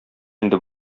инде